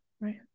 right